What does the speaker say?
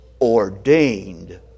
ordained